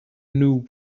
new